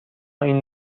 این